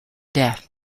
death